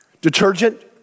detergent